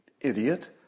idiot